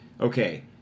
okay